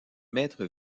maître